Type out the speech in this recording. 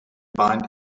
bind